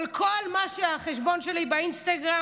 אבל כל מה שהחשבון שלי באינסטגרם,